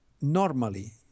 normally